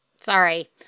Sorry